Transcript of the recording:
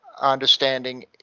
understanding